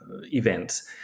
events